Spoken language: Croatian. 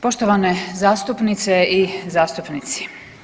Poštovane zastupnice i zastupnici.